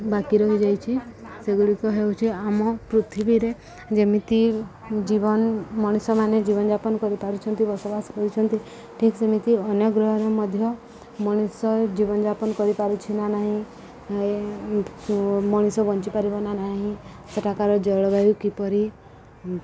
ବାକି ରହିଯାଇଛି ସେଗୁଡ଼ିକ ହେଉଛିି ଆମ ପୃଥିବୀରେ ଯେମିତି ଜୀବନ ମଣିଷମାନେ ଜୀବନଯାପନ କରିପାରୁଛନ୍ତି ବସବାସ କରୁଛନ୍ତି ଠିକ୍ ସେମିତି ଅନ୍ୟ ଗ୍ରହରେ ମଧ୍ୟ ମଣିଷ ଜୀବନଯାପନ କରିପାରୁଛି ନା ନାହିଁ ମଣିଷ ବଞ୍ଚିପାରିବ ନା ନାହିଁ ସେଠାକାର ଜଳବାୟୁ କିପରି